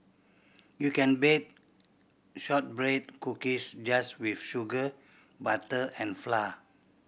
you can bake shortbread cookies just with sugar butter and flour